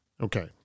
Okay